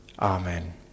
Amen